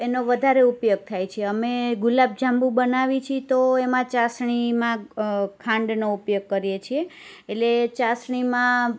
એનો વધારે ઉપયોગ થાય છે અમે ગુલાબ જાંબુ બનાવી છીએ તો એમાં ચાસણીમાં ખાંડનો ઉપયોગ કરીએ છીએ એટલે ચાસણીમાં